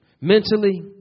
mentally